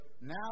now